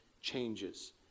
changes